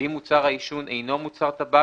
ואם מוצר העישון אינו מוצר טבק,